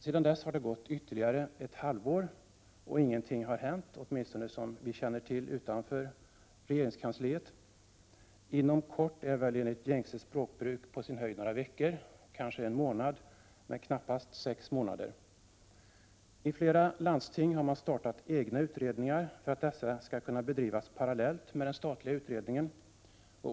Sedan dess har det gått ytterligare ett halvår och ingenting har hänt, åtminstone inte något som vi utanför regeringskansliet känner till. ”Inom kort” är väl enligt gängse språkbruk på sin höjd några veckor, kanske en månad, men knappast sex månader. I flera landsting har man startat egna utredningar för att dessa skall kunna bedrivas parallellt med den statliga utredningen.